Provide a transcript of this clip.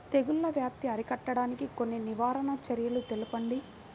తెగుళ్ల వ్యాప్తి అరికట్టడానికి కొన్ని నివారణ చర్యలు తెలుపండి?